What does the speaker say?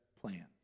plan